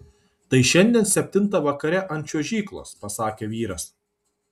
tai šiandien septintą vakare ant čiuožyklos pasakė vyras